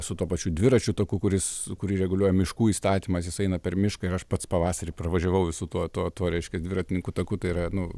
su tuo pačiu dviračių taku kuris kurį reguliuoja miškų įstatymas jis eina per mišką ir aš pats pavasarį pravažiavau su tuo tuo tuo reiškia dviratininkų taku tai yra nu